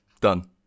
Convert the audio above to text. Done